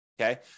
okay